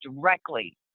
directly